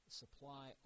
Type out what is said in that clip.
supply